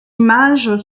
image